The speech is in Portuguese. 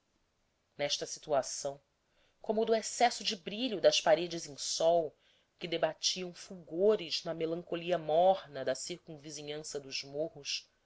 nesta situação como do excesso de brilho das paredes em sol que debatiam fulgores na melancolia morna de circunvizinhança dos morros